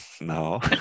no